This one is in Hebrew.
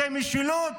זו משילות?